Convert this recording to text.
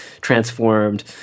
transformed